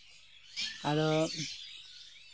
ᱟᱫᱚ